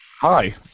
Hi